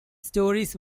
stories